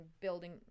building